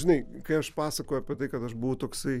žinai kai aš pasakoju apie tai kad aš buvau toksai